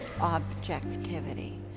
objectivity